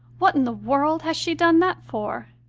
what in the world has she done that for?